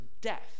death